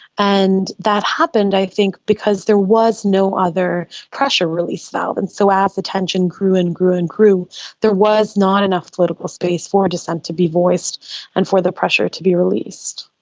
and that happened i think because there was no other pressure release valve, and so as the tension grew and grew and grew there was not enough political space for dissent to be voiced and for the pressure to be released.